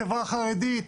החברה החרדית,